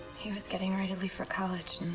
he was getting ready to leave for college